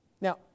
Now